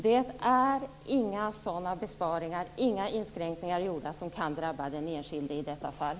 Det är inga sådana besparingar, inga inskränkningar, gjorda som kan drabba den enskilde i detta fall.